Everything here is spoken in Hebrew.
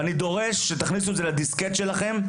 אני דורש שתכניסו את זה לדיסקט שלכם,